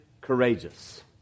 courageous